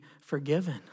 forgiven